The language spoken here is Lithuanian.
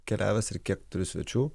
keliavęs ir kiek turiu svečių